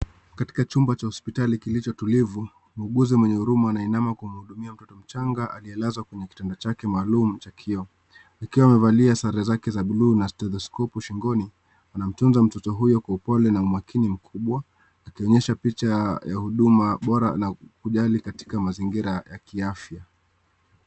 Katika chumba cha hospitali kilicho tulivu, mwuguzi mwenye huruma anainama kumhudumia mtoto mchanga aliyelazwa kwenye kitanda chake maalum cha kioo akiwa amevalia sare zake za buluu na stethoskopu shingoni, anamtunza mtoto huyo kwa upole na umakini mkubwa akionyesha picha ya huduma bora na kujali katika mazingira ya kiafya.